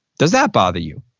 does that bother you?